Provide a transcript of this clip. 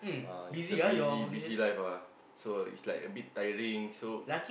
uh is a busy busy life ah so it is like a bit tiring so